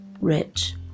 rich